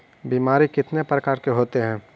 बीमारी कितने प्रकार के होते हैं?